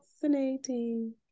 fascinating